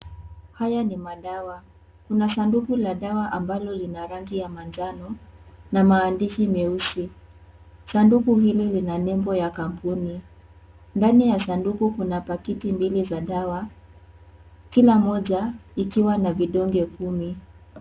Haya ni madawa. Kuna sanduku la dawa ambalo lina rangi ya manjano na maandishi meusi. Sanduku hili, lina nembo ya kampuni. Ndani ya sanduku, kuna pakiti mbili za dawa. Kila mmoja ikiwa na vidonge kumi.